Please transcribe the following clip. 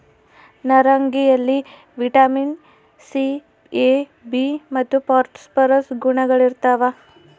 ನಾರಂಗಿಯಲ್ಲಿ vitamin C A B ಮತ್ತು phosphorus ಗುಣಗಳಿರ್ತಾವ